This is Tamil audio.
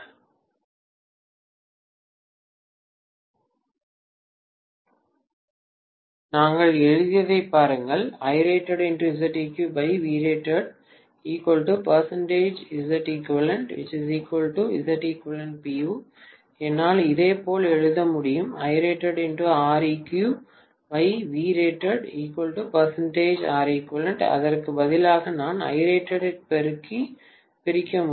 ஸ்லைடு நேரத்தைப் பார்க்கவும் 2830 நாங்கள் எழுதியதைப் பாருங்கள் என்னால் இதேபோல் எழுத முடியும் அதற்கு பதிலாக நான் Irated பெருக்கி பிரிக்க முடியும்